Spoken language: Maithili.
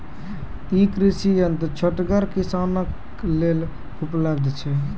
ई कृषि यंत्र छोटगर किसानक लेल उपलव्ध छै?